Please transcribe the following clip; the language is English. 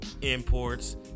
imports